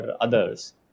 others